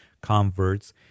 converts